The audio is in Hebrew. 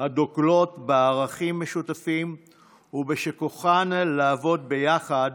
הדוגלות בערכים משותפים ושבכוחן לעבוד ביחד